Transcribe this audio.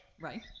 Right